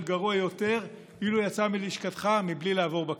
גרוע יותר אילו יצא מלשכתך בלי לעבור בכנסת.